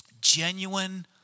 genuine